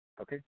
Okay